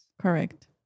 Correct